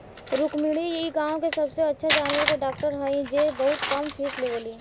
रुक्मिणी इ गाँव के सबसे अच्छा जानवर के डॉक्टर हई जे बहुत कम फीस लेवेली